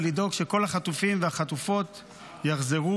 ולדאוג שכל החטופים והחטופות יחזרו,